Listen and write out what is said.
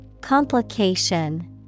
Complication